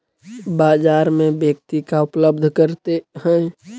बाजार में व्यक्ति का उपलब्ध करते हैं?